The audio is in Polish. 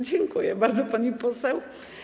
Dziękuję bardzo, pani poseł.